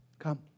come